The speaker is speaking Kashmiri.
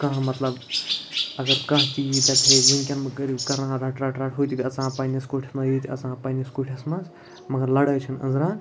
کانٛہہ مطلب اگر کانٛہہ تہِ یی دَپہِ ہے وٕنکٮ۪ن مہٕ کٔرِو کَرٕہن رَٹہٕ رَٹہٕ رَٹہٕ ہُہ تہِ گژھٕ ہَن پنٛنِس کُٹھِس منٛز یہِ تہِ اَژان پنٛنِس کُٹھِس منٛز مگر لَڑٲے چھَنہٕ أنٛزران